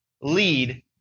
lead